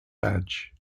badge